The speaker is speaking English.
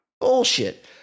Bullshit